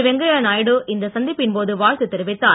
வெங்கையா நாயுடு இந்த சந்திப்பின் போது வாழ்த்து தெரிவித்தார்